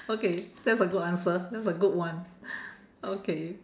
okay that's a good answer that's a good one okay